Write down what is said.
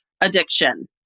addiction